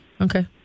Okay